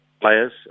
players